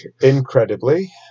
incredibly